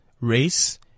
race